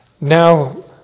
now